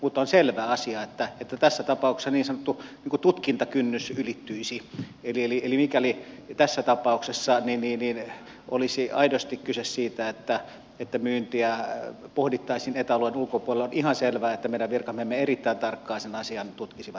mutta on selvä asia että tässä tapauksessa niin sanottu tutkintakynnys ylittyisi eli mikäli tässä tapauksessa olisi aidosti kyse siitä että myyntiä pohdittaisiin eta alueen ulkopuolelle on ihan selvää että meidän virkamiehemme erittäin tarkkaan sen asian tutkisivat